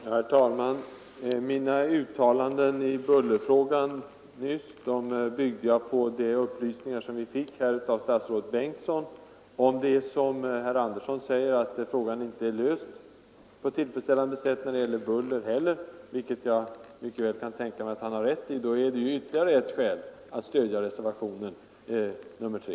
Herr talman! Mina uttalanden i bullerfrågan nyss byggde på de upplysningar som vi fick av statsrådet Bengtsson. Om det är som herr Andersson säger, att frågan inte är löst på ett tillfredsställande sätt när det gäller buller, vilket jag mycket väl kan tänka mig att han har rätt i, är det ytterligare ett skäl att stödja reservationen 3.